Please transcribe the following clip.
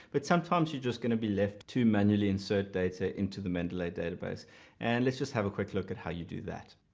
but sometimes you're just going to be left to manually insert data into the mendeley database and let's just have a quick look at how you do that.